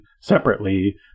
separately